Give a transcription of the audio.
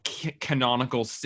canonical